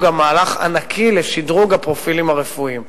גם מהלך ענק לשדרוג הפרופילים הרפואיים.